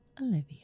Olivia